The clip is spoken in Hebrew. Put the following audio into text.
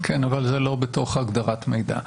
כן, אבל זה לא בהגדרת "מידע".